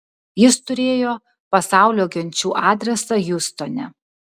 jis turėjo pasaulio genčių adresą hjustone